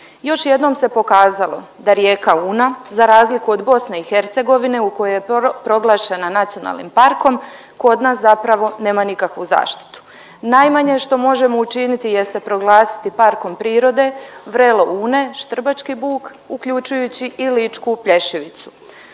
Još jednom se pokazalo da rijeka Una za razliku od BIH u kojoj je proglašena nacionalnim parkom, kod nas zapravo nema nikakvu zaštitu. Najmanje što možemo učiniti jeste proglasiti parkom prirode vrelo Une, Štrbački buk uključujući i Ličku Plješivicu.